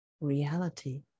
reality